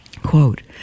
Quote